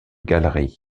galeries